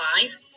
five